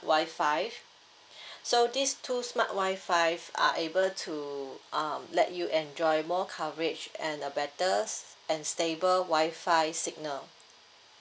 wi-fi so these two smart wi-fi are able to um let you enjoy more coverage and a better s~ and stable wi-fi signal